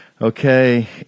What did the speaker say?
Okay